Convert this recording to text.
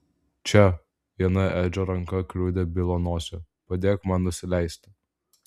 čia viena edžio ranka kliudė bilo nosį padėk man nusileisti